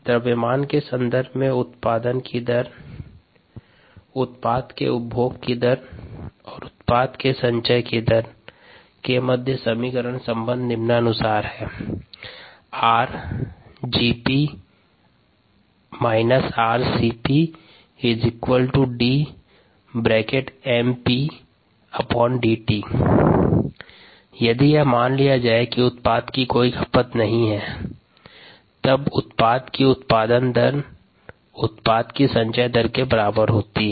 द्रव्यमान के संदर्भ में उत्पादन की दर उत्पाद के उपभोग की दर और उत्पाद के संचय की दर के मध्य समीकरणीय संबंध निम्नानुसार है rgP rcPddt यदि यह मान लिया जाए कि उत्पाद की कोई खपत नहीं है तब उत्पाद की उत्पादन दर उत्पाद की संचय दर के बराबर होती है